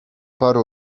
paru